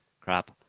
crap